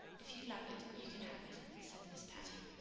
if you love it, you can have it, said miss patty.